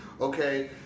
okay